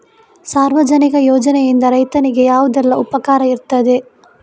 ಸಾರ್ವಜನಿಕ ಯೋಜನೆಯಿಂದ ರೈತನಿಗೆ ಯಾವುದೆಲ್ಲ ಉಪಕಾರ ಇರ್ತದೆ?